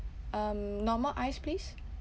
um normal ice please